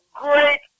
great